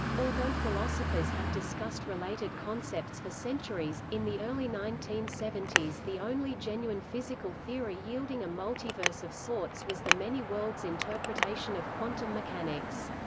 although philosophers have discussed related concepts for centuries, in the early nineteen seventy s the only genuine physical theory yielding a multiverse of sorts was the many-worlds interpretation of quantum mechanics.